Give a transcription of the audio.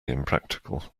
impractical